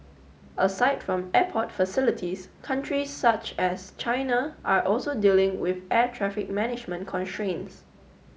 aside from airport facilities countries such as China are also dealing with air traffic management constraints